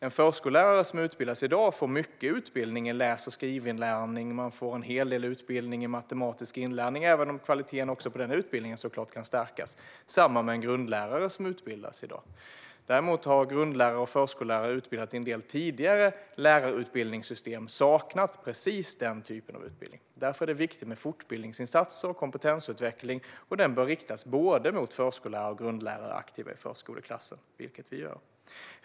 En förskollärare som utbildar sig i dag får mycket utbildning i läs och skrivinlärning och matematisk inlärning, även om kvaliteten på utbildningen såklart kan stärkas. Detsamma gäller en grundlärare som utbildas i dag. Däremot har grundlärare och förskollärare som utbildats i en del tidigare lärarutbildningssystem saknat precis den typen av utbildning. Därför är det viktigt med fortbildningsinsatser och kompetensutveckling, som bör riktas mot både förskollärare och grundlärare i förskoleklassen. Detta sker också.